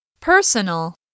Personal